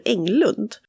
Englund